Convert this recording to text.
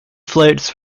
flights